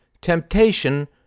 temptation